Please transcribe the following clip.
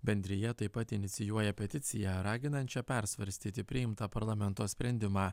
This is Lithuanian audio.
bendrija taip pat inicijuoja peticiją raginančią persvarstyti priimtą parlamento sprendimą